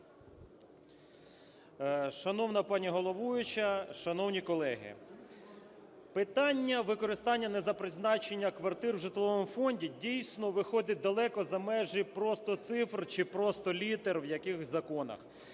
Шановна пані головуюча, шановні колеги! Питання використання не за призначенням квартир в житловому фонді, дійсно, виходить далеко за межі просто цифр чи просто літер в якихось законах.